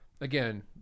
again